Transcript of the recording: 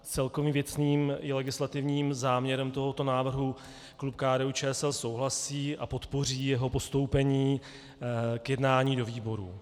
Celkově s věcným i legislativním záměrem tohoto návrhu klub KDUČSL souhlasí a podpoří jeho postoupení k jednání do výborů.